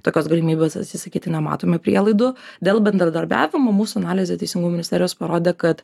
tokios galimybės atsisakyti nematome prielaidų dėl bendradarbiavimo mūsų analizė teisingumo ministerijos parodė kad